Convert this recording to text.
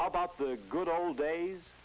about the good old days